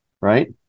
Right